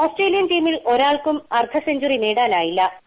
Australian ടീമിൽ ഒരാൾക്കും അർദ്ധ സെഞ്ച്വറി നേടാനായില്ലു